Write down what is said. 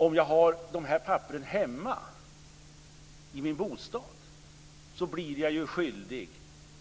Om jag har dessa papper hemma i min bostad blir jag skyldig